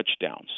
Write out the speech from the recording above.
touchdowns